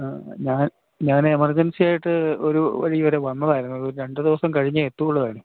ങാ ഞാൻ ഞാൻ എമർജൻസി ആയിട്ട് ഒര് വഴിവരെ വന്നതായിരുന്നു ഒരു രണ്ട് ദിവസം കഴിഞ്ഞേ എത്തുകയുള്ളൂ താനും